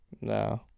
No